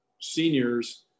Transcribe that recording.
seniors